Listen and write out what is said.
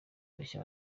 bashya